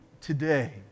today